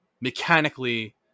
Mechanically